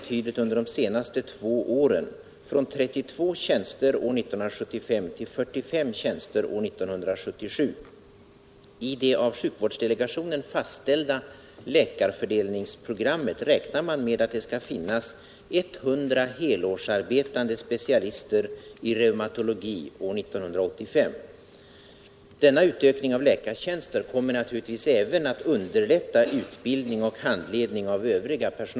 Tisdagen den När det gäller läkarna vet jag att det håller på att hända en hel del. Men 7 mars 1978 bristen på 110 specialister enligt den plan som finns fram till 1985 är ändå rätt stor. Och när det gäller fortsatt vidareutbildning, så byggs FV-blocken enligt min uppfattning ut alltför långsamt. Men det håller på att hända en del.